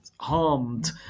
harmed